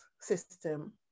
system